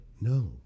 No